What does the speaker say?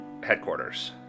headquarters